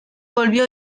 volvió